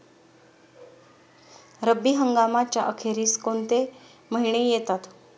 रब्बी हंगामाच्या अखेरीस कोणते महिने येतात?